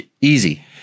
Easy